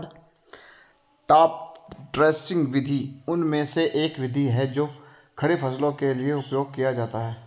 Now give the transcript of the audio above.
top dressing विधि उनमें से एक विधि है जो खड़ी फसलों के लिए उपयोग किया जाता है